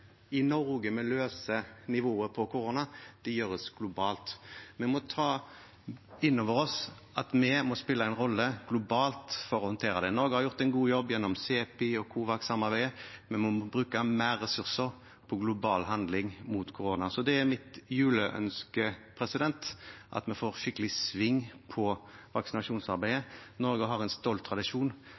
i Norge vi løser nivået på korona, det gjøres globalt. Vi må ta inn over oss at vi må spille en rolle globalt for å håndtere det. Norge har gjort en god jobb gjennom CEPI- og COVAX-samarbeidet, men vi må bruke mer ressurser på global handling mot korona. Så det er mitt juleønske: at vi får skikkelig sving på vaksinasjonsarbeidet. Norge har en stolt tradisjon,